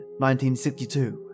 1962